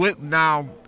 Now